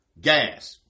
Gas